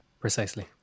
precisely